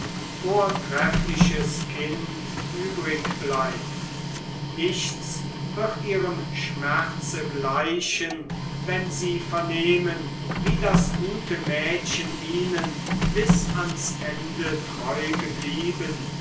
vortreffliches kind übrigbleibt nichts wird ihrem schmerze gleichen wenn sie vernehmen wie das gute mädchen ihnen bis ans ende treu geblieben